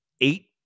Eight